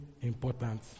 important